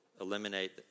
eliminate